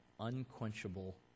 unquenchable